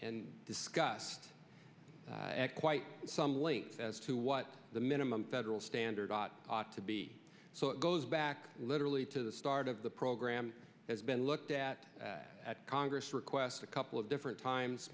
and discussed quite some length as to what the minimum federal standard ought to be so it goes back literally to the start of the program has been looked at at congress request a couple of different times